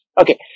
okay